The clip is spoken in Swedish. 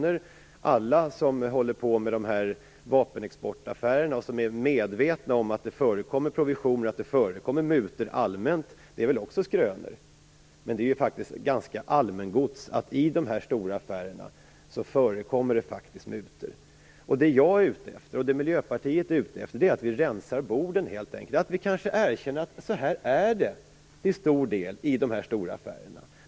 Det är väl också en skröna att alla som håller på med vapenexportaffärerna är medvetna om att det förekommer provisioner och mutor allmänt. Men det är faktiskt allmängods att det förekommer mutor i dessa stora affärer. Det jag och Miljöpartiet är ute efter är att vi rensar borden och erkänner att det till stor del är så här i dessa stora affärer.